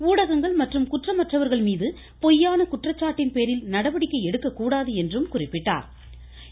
ஊடகங்கள் மற்றும் குற்றமற்றவர்கள் மீது பொய்யான குற்றச்சாட்டின் பேரில் நடவடிக்கை எடுக்கக் கூடாது என்றும் அவர் கேட்டுக் கொண்டார்